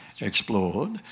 explored